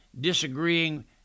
disagreeing